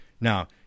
Now